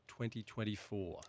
2024